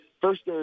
first